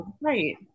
right